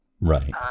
Right